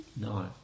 No